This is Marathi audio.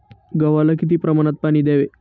गव्हाला किती प्रमाणात पाणी द्यावे?